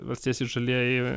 valstiečiai ir žalieji